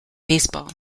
baseball